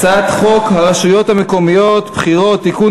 הצעת חוק הרשויות המקומיות (בחירות) (תיקון,